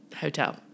hotel